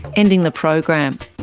ending the program,